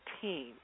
team